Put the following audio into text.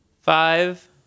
Five